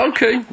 Okay